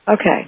Okay